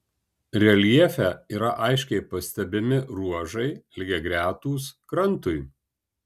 reljefe yra aiškiai pastebimi ruožai lygiagretūs krantui